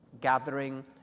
gathering